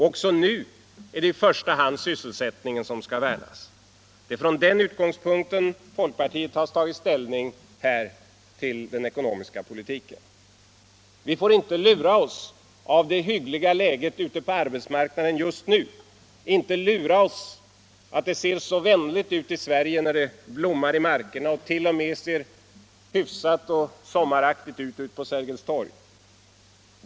Också nu är det i första hand sysselsättningen som skall värnas. Det är från den utgångspunkten folkpartiet har tagit ställning i den ekonomiska politiken. Vi får inte lura oss av det hyggliga läget ute på arbetsmarknaden just nu, inte lura oss av att det ser så vänligt ut i Sverige när det blommar i markerna och t.o.m. ser sommaraktigt ut på Sergels torg.